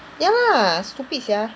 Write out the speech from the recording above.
ya lah stupid sia